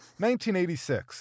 1986